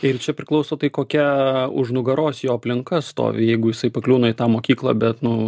ir čia priklauso tai kokia už nugaros jo aplinka stovi jeigu jisai pakliūna į tą mokyklą bet nu